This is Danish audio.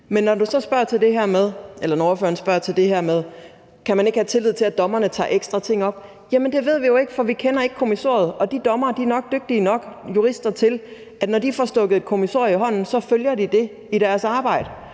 Men når ordføreren så spørger til det her med, om man ikke kan have tillid til, at dommerne tager ekstra ting op, så ved vi det jo ikke, for vi kender ikke kommissoriet. De dommere er nok dygtige nok jurister til, når de får stukket et kommissorium i hånden, at følge det i deres arbejde.